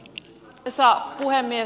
arvoisa puhemies